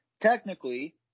Technically